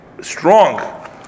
strong